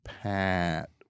Pat